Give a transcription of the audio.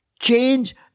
change